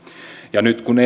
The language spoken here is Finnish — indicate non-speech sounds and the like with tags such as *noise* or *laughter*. ja nyt kun *unintelligible*